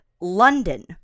London